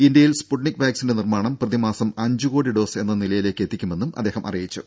ഇന്ത്യയിൽ സ്ഫുട്നിക് വാക്സിന്റെ നിർമ്മാണം പ്രതിമാസം അഞ്ചുകോടി ഡോസ് എന്ന നിലയിലേക്ക് എത്തിക്കുമെന്നും അദ്ദേഹം അറിയിച്ചു